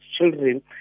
children